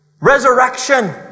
resurrection